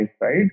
right